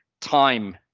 time